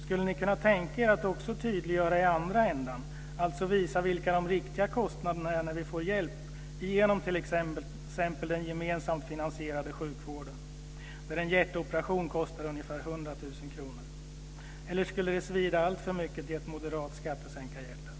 Skulle ni kunna tänka er att också tydliggöra i andra ändan, alltså visa de verkliga kostnaderna när vi får hjälp genom t.ex. den gemensamt finansierade sjukvården? En hjärtoperation kostar ca 100 000 kr. Eller skulle det svida alltför mycket i ett moderat skattesänkarhjärta?